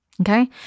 okay